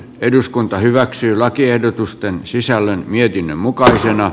eduskunta hyväksyy lakiehdotusten sisällön mietinnön mukaisena